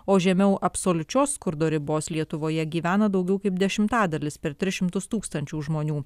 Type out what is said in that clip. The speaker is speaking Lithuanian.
o žemiau absoliučios skurdo ribos lietuvoje gyvena daugiau kaip dešimtadalis per tris šimtus tūkstančių žmonių